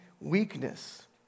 weakness